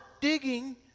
digging